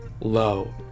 low